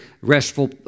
restful